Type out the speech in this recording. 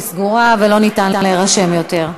היא סגורה ולא ניתן להירשם יותר.